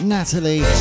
Natalie